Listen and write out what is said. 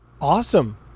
awesome